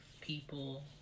people